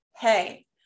Hey